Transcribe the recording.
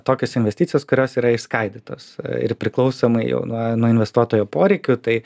tokios investicijos kurios yra išskaidytos ir priklausomai jau nuo nuo investuotojo poreikių tai